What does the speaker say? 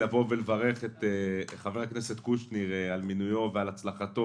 לבוא ולברך את חבר הכנסת קושניר על מינויו ועל הצלחתו,